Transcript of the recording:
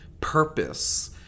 Purpose